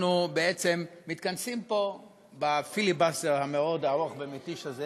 אנחנו בעצם מתכנסים פה בפיליבסטר המאוד-ארוך ומתיש הזה,